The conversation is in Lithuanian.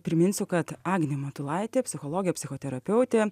priminsiu kad agnė matulaitė psichologė psichoterapeutė